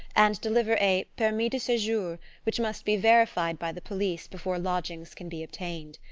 and deliver a permis de sejour which must be verified by the police before lodgings can be obtained.